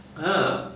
!huh!